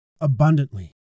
abundantly